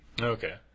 Okay